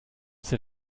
sie